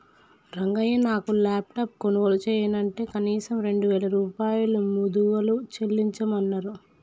రంగయ్య నాను లాప్టాప్ కొనుగోలు చెయ్యనంటే కనీసం రెండు వేల రూపాయలు ముదుగలు చెల్లించమన్నరు